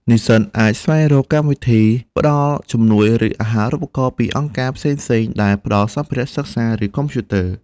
និស្សិតអាចស្វែងរក កម្មវិធីផ្តល់ជំនួយ ឬអាហារូបករណ៍ពីអង្គការផ្សេងៗដែលផ្តល់សម្ភារៈសិក្សា ឬកុំព្យូទ័រ។